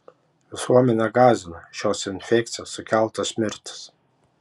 visuomenę gąsdina šios infekcijos sukeltos mirtys